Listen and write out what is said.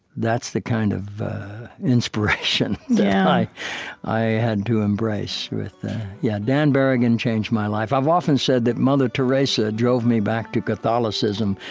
that's the kind of inspiration that i i had to embrace. yeah, dan berrigan changed my life. i've often said that mother teresa drove me back to catholicism,